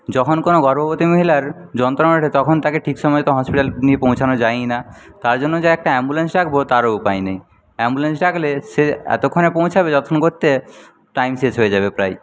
যখন কোন গর্ভবতী মহিলার যন্ত্রণা ওঠে তখন তাকে ঠিক সময়ে তো হসপিটাল নিয়ে পৌঁছনো যায়ই না তার জন্য যে একটা অ্যাম্বুলেন্স ডাকবো তারও উপায় নেই অ্যাম্বুলেন্স ডাকলে সে এতক্ষণে পৌঁছবে যতক্ষণ করতে টাইম শেষ হয়ে যাবে প্রায়